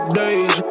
days